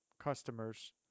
customers